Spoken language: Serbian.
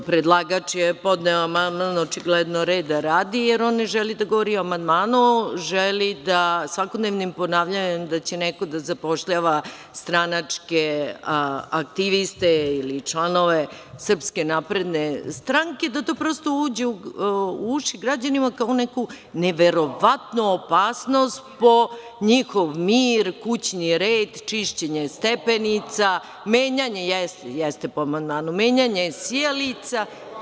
Predlagač je podneo amandman očigledno reda radi, jer on ne želi da govori o amandmanu, već želi da svakodnevnim ponavljanjem da će neko da zapošljava stranačke aktiviste ili članove Srpske napredne stranke, da to prosto uđe u uši građanima kao neka neverovatna opasnost po njihov mir, kućni red, čišćenje stepenica, menjanje sijalica. (Marko Đurišić, s mesta: Jel to po amandmanu?) Jeste, po amandmanu.